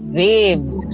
waves